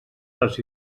les